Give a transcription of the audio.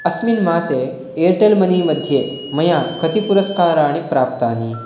अस्मिन् मासे Airtel money मध्ये मया कति पुरस्काराणि प्राप्तानि